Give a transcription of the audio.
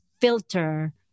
filter